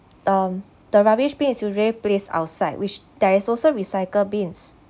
um the rubbish bin is usually placed outside which there is also recycle bins